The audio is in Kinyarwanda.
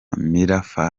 mirafa